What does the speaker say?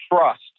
trust